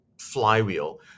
flywheel